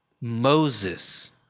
Moses